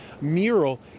Mural